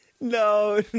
No